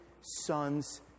sons